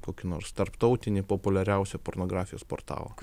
kokį nors tarptautinį populiariausią pornografijos portalą